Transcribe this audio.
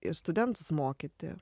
ir studentus mokyti